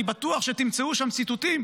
אני בטוח שתמצאו שם ציטוטים: